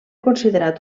considerat